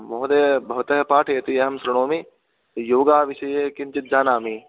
महोदयः भवतः पाठयन्ति अहं श्रुणोमि योगविषये किञ्चिद् जानामि